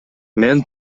мен